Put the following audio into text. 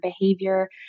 behavior